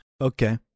okay